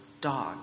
dog